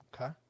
okay